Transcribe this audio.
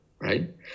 right